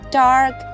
dark